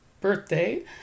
birthday